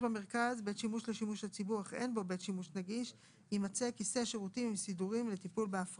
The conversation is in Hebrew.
זאת אומרת אותו בית שימוש נגיד וכן הלאה.